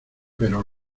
pero